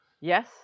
Yes